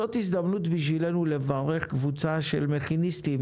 זאת הזדמנות בשבילנו לברך קבוצה של מכיניסטים